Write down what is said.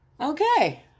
Okay